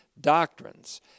doctrines